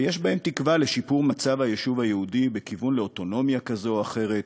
ויש בכך תקווה לשיפור מצב היישוב היהודי בכיוון לאוטונומיה כזו או אחרת,